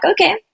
okay